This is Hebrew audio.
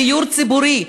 דיור ציבורי,